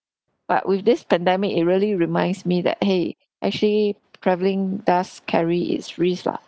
but with this pandemic it really reminds me that !hey! actually travelling does carry its risk lah